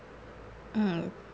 mm